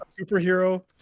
superhero